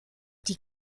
die